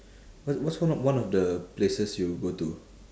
what's what's one of one of the places you go to